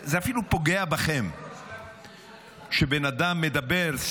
זה אפילו פוגע בכם שבן אדם מדבר,